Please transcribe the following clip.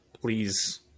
please